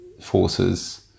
forces